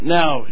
now